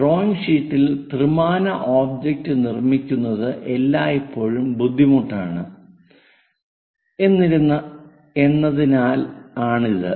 drawing ഷീറ്റിൽ ത്രിമാന object നിർമ്മിക്കുന്നത് എല്ലായ്പ്പോഴും ബുദ്ധിമുട്ടാണ് എന്നതിനാലാണിത്